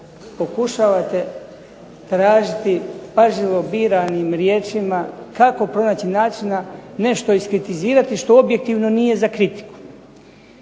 pokušavate tražiti pažljivo biranim riječima, kako pronaći način nešto iskritizirati što objektivno nije za kritiku.